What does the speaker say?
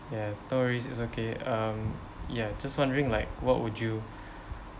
yeah no worries it's okay um ya just wondering like what would you